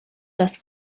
das